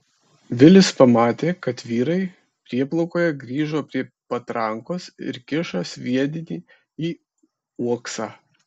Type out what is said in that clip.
vilis pamatė kad vyrai prieplaukoje grįžo prie patrankos ir kiša sviedinį į uoksą